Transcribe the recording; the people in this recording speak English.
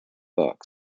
book